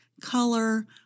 color